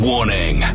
Warning